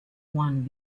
one